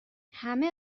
همه